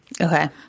Okay